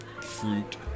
fruit